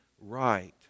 right